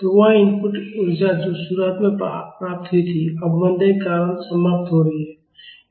तो वह इनपुट ऊर्जा जो शुरुआत में प्राप्त हुई थी अवमंदन के कारण समाप्त हो रही है